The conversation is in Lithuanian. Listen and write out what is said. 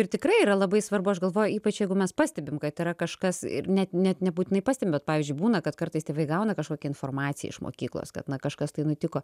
ir tikrai yra labai svarbu aš galvoju ypač jeigu mes pastebim kad yra kažkas ir net net nebūtinai pastebim bet pavyzdžiui būna kad kartais tėvai gauna kažkokią informaciją iš mokyklos kad na kažkas tai nutiko